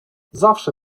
zawsze